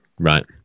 right